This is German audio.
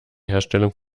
herstellung